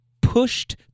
pushed